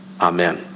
Amen